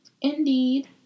indeed